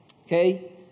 Okay